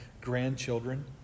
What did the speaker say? grandchildren